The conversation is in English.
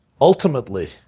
Ultimately